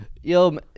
Yo